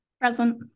present